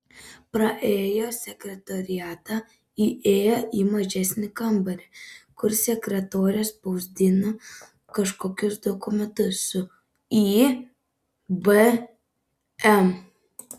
praėjo sekretoriatą įėjo į mažesnį kambarį kur sekretorė spausdino kažkokius dokumentus su ibm